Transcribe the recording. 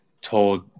told